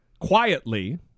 quietly